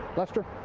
lester?